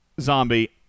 Zombie